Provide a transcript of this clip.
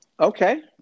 Okay